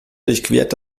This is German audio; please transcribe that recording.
durchquert